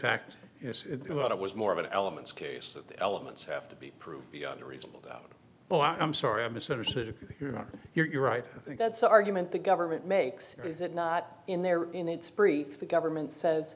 that it was more of an elements case that the elements have to be proved beyond a reasonable doubt oh i'm sorry i misunderstood you you're right that's the argument the government makes or is it not in there and it's briefed the government says